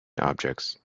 objects